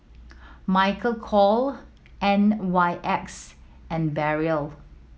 Michael Kors N Y X and Barrel